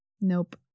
Nope